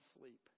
sleep